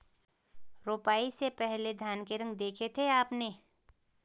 रोपाई से पहले धान के रंग देखे थे आपने?